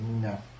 no